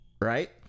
Right